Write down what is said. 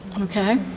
okay